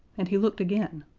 and he looked again,